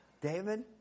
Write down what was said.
David